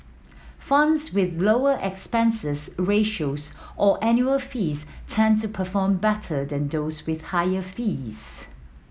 funds with lower expenses ratios or annual fees tend to perform better than those with higher fees